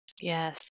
Yes